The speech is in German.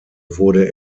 wurde